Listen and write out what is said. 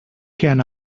can